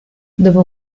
dopo